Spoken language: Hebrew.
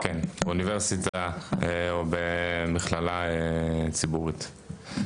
באוניברסיטה או במכללה ציבורית.